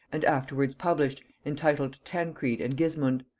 and afterwards published, entitled tancred and gismund,